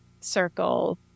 circle